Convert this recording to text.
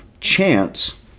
chance